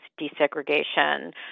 desegregation